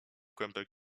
kłębek